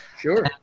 Sure